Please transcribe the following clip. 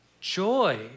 joy